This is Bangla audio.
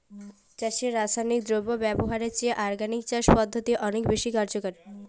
চাষে রাসায়নিক দ্রব্য ব্যবহারের চেয়ে অর্গানিক চাষ পদ্ধতি অনেক বেশি কার্যকর